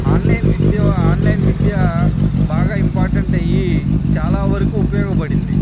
online విద్య online విద్య బాగా ఇంపార్టెంట్ అయ్యి చాలా వరకు ఉపయోగపడింది